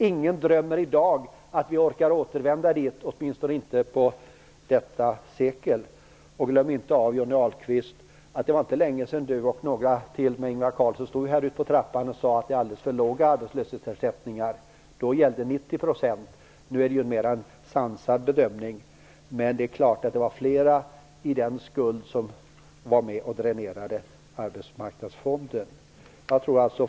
Ingen drömmer i dag om att vi orkar återvända dit, åtminstone inte under detta sekel. Glöm inte att det inte var längesedan Johnny Ahlqvist, Ingvar Carlsson och några till stod på trappan här utanför och sade att arbetslöshetsersättningen är alldeles för låg. Då gällde 90 %. Nu är det en mera sansad bedömning. Men det är klart att det är flera som var med och dränerade Arbetsmarknadsfonden. Fru talman!